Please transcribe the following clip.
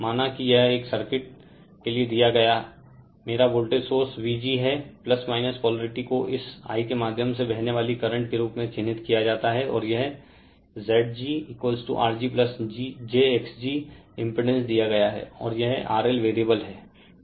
माना कि यह एक सर्किट के लिए दिया गया मेरा वोल्टेज सोर्स Vg हैं पोलेरिटी को इस I के माध्यम से बहने वाली करंट के रूप में चिह्नित किया जाता है और यह ZgRgjxg इम्पीडेन्स दिया गया है और यह RL वेरिएबल है